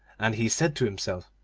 and he said to himself,